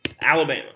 Alabama